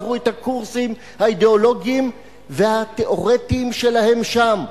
עברו את הקורסים האידיאולוגיים והתיאורטיים שלהם שם.